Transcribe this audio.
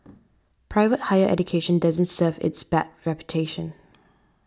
private higher education doesn't serve its bad reputation